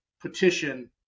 petition